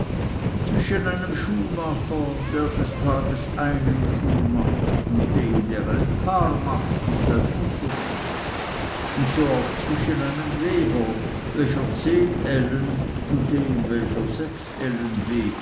zwischen einem schuhmacher der des tages einen schuh macht und dem der ein paar macht ist ein unterschied und so auch zwischen einem weber welcher zehn ellen und dem welcher sechs